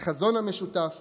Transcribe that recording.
החזון המשותף